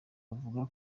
bavuga